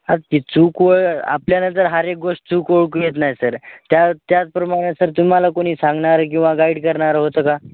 हा की चुकलं आपल्या तर हर एक गोष्ट चूक ओळखू येत नाही सर त्या त्याचप्रमाणे सर तुम्हाला कोणी सांगणारं किंवा गाईड करणारं होतं का